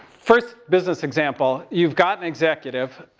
first business example. you've got an executive,